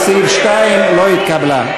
לסעיף 2 לא התקבלה.